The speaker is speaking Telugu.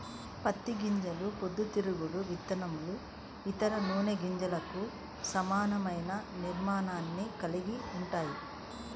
పత్తి గింజలు పొద్దుతిరుగుడు విత్తనం, ఇతర నూనె గింజలకు సమానమైన నిర్మాణాన్ని కలిగి ఉంటాయి